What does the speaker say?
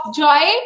joy